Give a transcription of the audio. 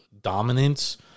dominance